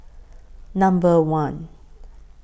Number one